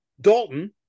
Dalton